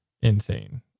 insane